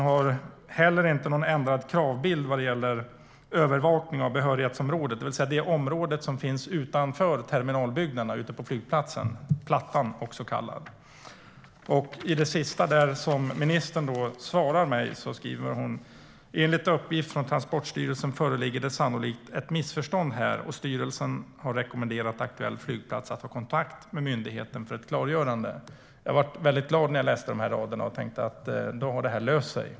Det finns inte någon ändrad kravbild vad gäller övervakning av behörighetsområdet" - det vill säga det område som finns utanför terminalbyggnaderna ute på flygplatsen, också kallat plattan. Mot slutet av interpellationssvaret sa ministern: "Enligt uppgift från Transportstyrelsen föreligger det sannolikt ett missförstånd här, och styrelsen har rekommenderat aktuell flygplats att ta kontakt med myndigheten för ett klargörande." Jag blev väldigt glad när jag läste dessa rader och tänkte: Då har det löst sig!